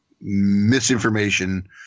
Misinformation